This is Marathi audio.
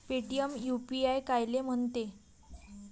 पेटीएम यू.पी.आय कायले म्हनते?